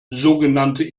sogenannte